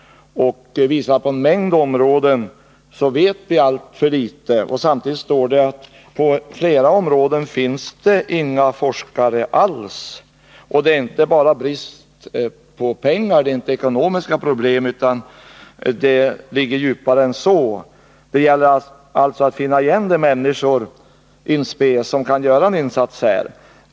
Nämnden pekar också på en mängd områden där vi vet alltför litet. Det står i skrivelsen att det på 3 flera områden inte finns några forskare alls. Det beror inte bara på brist på pengar, utan orsakerna ligger djupare än så. Det gäller alltså att finna forskare in spe som här kan göra en insats.